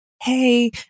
Hey